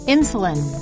Insulin